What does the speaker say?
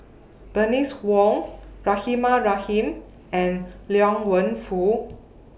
Bernice Wong Rahimah Rahim and Liang Wenfu